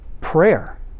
prayer